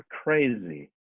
crazy